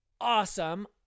awesome